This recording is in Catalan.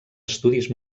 estudis